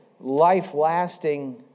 life-lasting